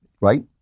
right